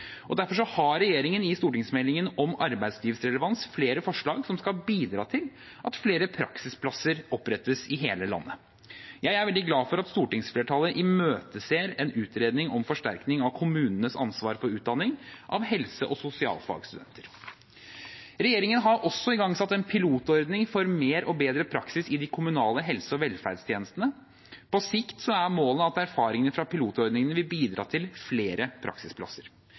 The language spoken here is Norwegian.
Derfor har regjeringen i stortingsmeldingen om arbeidslivsrelevans flere forslag som skal bidra til at flere praksisplasser opprettes i hele landet. Jeg er veldig glad for at stortingsflertallet imøteser en utredning om forsterkning av kommunenes ansvar for utdanning av helse- og sosialfagsstudenter. Regjeringen har også igangsatt en pilotordning for mer og bedre praksis i de kommunale helse- og velferdstjenestene. På sikt er målet at erfaringene fra pilotordningene vil bidra til flere praksisplasser.